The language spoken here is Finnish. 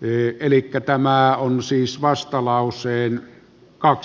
myötäili ja tämä on siis vastalauseen kaksi